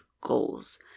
goals